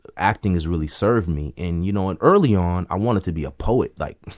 acting has really served me. and, you know and early on, i wanted to be a poet, like,